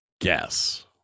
guess